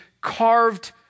carved